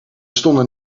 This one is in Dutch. stonden